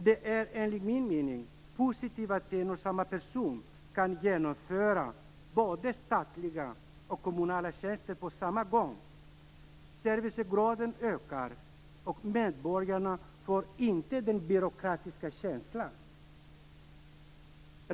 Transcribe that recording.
Det är enligt min mening positivt att en och samma person kan genomföra både statliga och kommunala tjänster på samma gång. Servicegraden ökar, och medborgarna får inte den där byråkratiska känslan.